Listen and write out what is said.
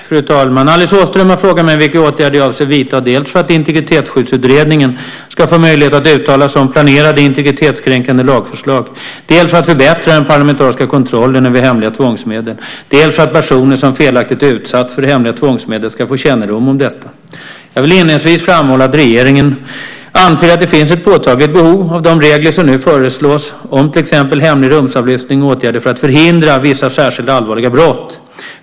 Fru talman! Alice Åström har frågat mig vilka åtgärder jag avser att vidta dels för att Integritetsskyddsutredningen ska få möjlighet att uttala sig om planerade integritetskränkande lagförslag, dels för att förbättra den parlamentariska kontrollen över hemliga tvångsmedel, dels för att personer som felaktigt utsatts för hemliga tvångsmedel ska få kännedom om detta. Jag vill inledningsvis framhålla att regeringen anser att det finns ett påtagligt behov av de regler som nu föreslås om till exempel hemlig rumsavlyssning och åtgärder för att förhindra vissa särskilt allvarliga brott.